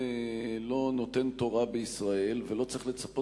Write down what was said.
לא נותן תורה בישראל ולא צריך לצפות